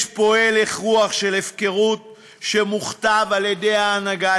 יש פה הלך רוח של הפקרות שמוכתב על-ידי ההנהגה,